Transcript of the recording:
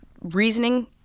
reasoning